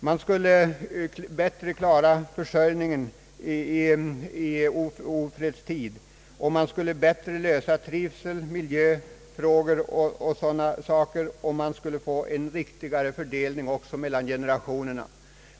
Man skulle bättre kunna klara försörjningen i ofredstid. Man skulle bättre kunna lösa trivseloch miljöproblem och få en riktigare fördelning mellan generationerna.